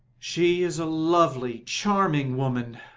she is a lovely, charming woman.